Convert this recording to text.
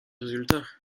résultats